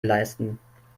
leisten